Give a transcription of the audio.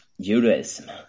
Judaism